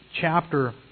chapter